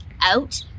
out